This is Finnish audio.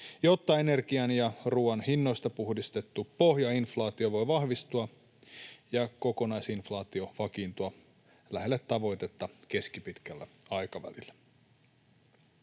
jotta energian ja ruoan hinnoista puhdistettu pohjainflaatio voi vahvistua ja kokonaisinflaatio vakiintua lähelle tavoitetta keskipitkällä aikavälillä.